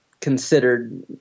considered